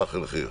סבאח אל חיר.